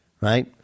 right